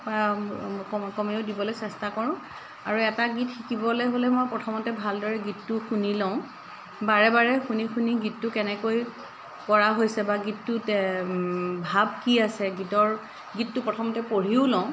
কমেও দিবলৈ চেষ্টা কৰোঁ আৰু এটা গীত শিকিবলৈ হ'লে মই প্ৰথমতে ভালদৰে গীতটো শুনি লওঁ বাৰে বাৰে শুনি শুনি গীতটো কেনেকৈ পৰা হৈছে বা গীতটোত ভাৱ কি আছে গীতৰ গীতটো প্ৰথমতে পঢ়িও লওঁ